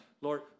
Lord